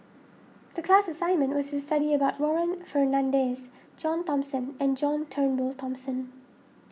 the class assignment was to study about Warren Fernandez John Thomson and John Turnbull Thomson